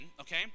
okay